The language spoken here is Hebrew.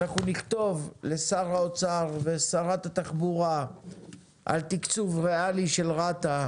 אנחנו נכתוב לשר האוצר ושרת התחבורה על תקצוב ריאלי של רת"א,